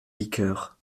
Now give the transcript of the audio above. liqueurs